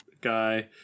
guy